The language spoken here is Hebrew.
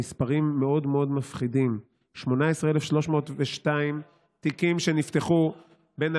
המספרים מאוד מאוד מפחידים: 18,302 תיקים נפתחו בין,